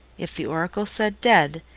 if the oracle said dead,